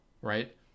right